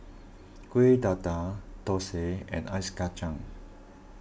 Kuih Dadar Thosai and Ice Kacang